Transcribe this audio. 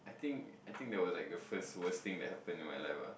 I think I think that was like the first worst thing that happen to my life ah